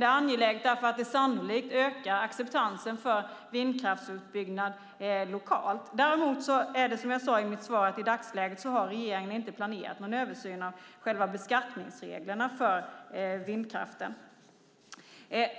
Det är angeläget därför att det sannolikt ökar acceptansen för vindkraftsutbyggnad lokalt. Däremot, som jag sade i mitt svar, har regeringen i dagsläget inte planerat någon översyn av beskattningsreglerna för vindkraften.